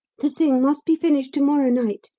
the thing must be finished to-morrow night,